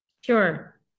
Sure